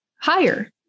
higher